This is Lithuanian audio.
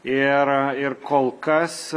ir ir kol kas